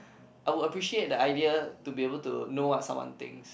I would appreciate the idea to be able to know what someone thinks